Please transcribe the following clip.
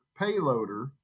payloader